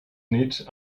nits